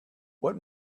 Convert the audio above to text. what